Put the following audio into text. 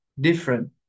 different